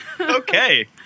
Okay